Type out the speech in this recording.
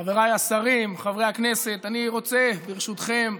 חבריי השרים, חברי הכנסת, אני רוצה, ברשותכם,